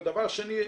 והדבר השני,